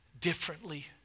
differently